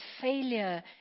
failure